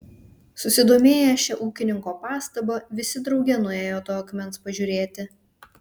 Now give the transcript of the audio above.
susidomėję šia ūkininko pastaba visi drauge nuėjo to akmens pažiūrėti